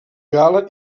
gala